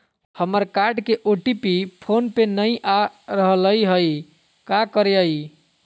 हमर कार्ड के OTP phone पे नई आ रहलई हई, का करयई?